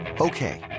Okay